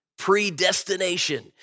predestination